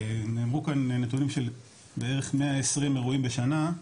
נאמרו כאן נתונים של בערך 120 אירועים בשנה,